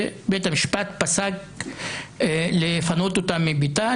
שבית המשפט פסק לפנות אותה מביתה,